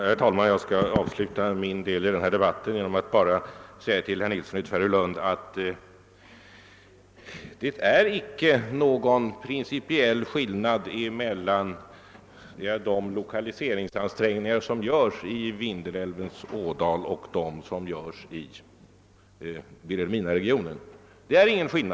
Herr talman! Jag skall avsluta min andel i denna debatt med några ord till berr Nilsson i Tvärålund. Det är icke någon principiell skillnad mellan de lokaliseringsansträngningar som görs i Vindelälvens ådal och dem som görs inom Vilhelminaregionen.